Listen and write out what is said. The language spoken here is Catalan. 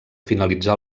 finalitzà